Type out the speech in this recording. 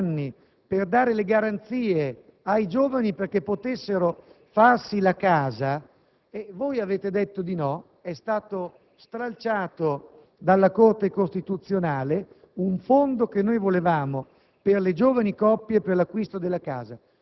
giovani, istituendo un fondo per dare le garanzie ai giovani perché potessero comprarsi la casa, voi avete detto di no, e venne stralciato dalla Corte costituzionale un fondo che noi volevamo